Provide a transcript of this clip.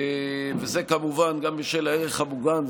וזה כמובן גם בשל הערך המוגן,